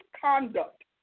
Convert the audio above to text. conduct